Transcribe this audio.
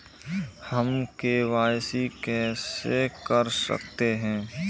हम के.वाई.सी कैसे कर सकते हैं?